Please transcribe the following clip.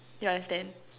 you understand